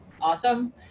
awesome